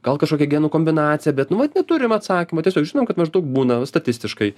gal kažkokia genų kombinacija bet nu vat neturim atsakymų tiesiog žinom kad maždaug būna statistiškai